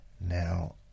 Now